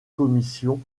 commissions